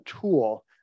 tool